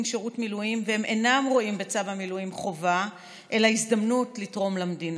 שירות מילואים והם אינם רואים בצו המילואים חובה אלא הזדמנות לתרום למדינה.